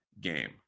game